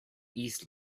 east